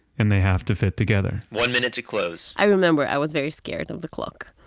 and they have to fit together. one minute to close. i remember i was very scared of the clock.